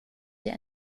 der